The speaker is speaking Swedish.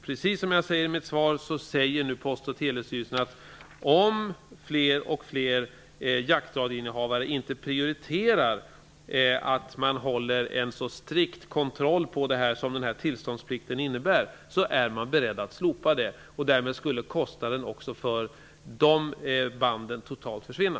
Precis som jag säger i mitt svar säger Postoch telestyrelsen att om fler och fler jaktradioinnnehavare inte prioriterar en så strikt kontroll som tillståndsplikten innebär, är man beredd att slopa den. Därmed skulle kostnaden också för banden totalt försvinna.